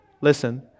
listen